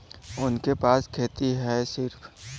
उनके पास खेती हैं सिर्फ